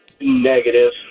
Negative